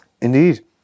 Indeed